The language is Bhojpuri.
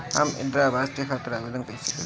हम इंद्रा अवास के खातिर आवेदन कइसे करी?